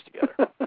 together